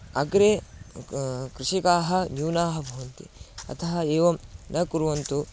अग्रे कृषकाः न्यूनाः भवन्ति अतः एवं न कुर्वन्तु